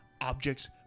objects